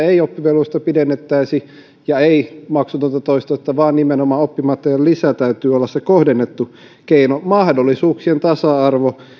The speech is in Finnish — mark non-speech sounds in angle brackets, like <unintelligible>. <unintelligible> ei pidennettäisi ei tulisi maksutonta toista astetta vaan nimenomaan oppimateriaalilisän täytyy olla se kohdennettu keino mahdollisuuksien tasa arvo